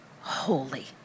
holy